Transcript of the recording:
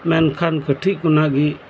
ᱢᱮᱱᱠᱷᱟᱱ ᱠᱟᱹᱴᱷᱤᱠ ᱠᱷᱚᱱᱟᱜ ᱜᱮ